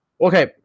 Okay